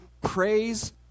praise